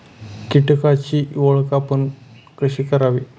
कीटकांची ओळख आपण कशी करावी?